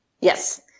Yes